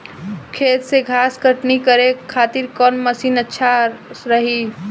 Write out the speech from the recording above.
खेत से घास कटनी करे खातिर कौन मशीन सबसे अच्छा रही?